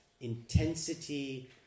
intensity